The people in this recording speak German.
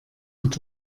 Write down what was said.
mit